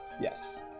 yes